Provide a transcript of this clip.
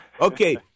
Okay